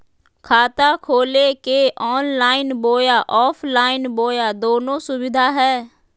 खाता खोले के ऑनलाइन बोया ऑफलाइन बोया दोनो सुविधा है?